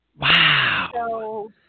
Wow